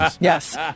Yes